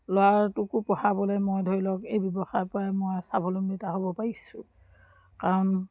ল'ৰাটোকো পঢ়াবলৈ মই ধৰি লওক এই ব্যৱসায়ৰপৰাই মই স্বাৱলম্বিতা হ'ব পাৰিছোঁ কাৰণ